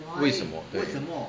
为什么